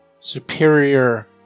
superior